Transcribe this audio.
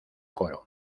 coro